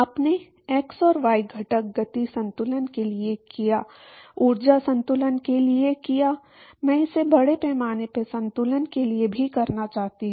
आपने एक्स और वाई घटक गति संतुलन के लिए किया ऊर्जा संतुलन के लिए किया मैं इसे बड़े पैमाने पर संतुलन के लिए भी करना चाहता था